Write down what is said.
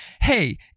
Hey